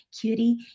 cutie